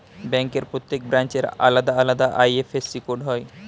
ব্যাংকের প্রত্যেক ব্রাঞ্চের আলাদা আলাদা আই.এফ.এস.সি কোড হয়